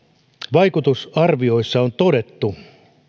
vaikutusarvioissa on todettu